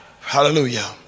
Hallelujah